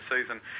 season